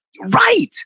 Right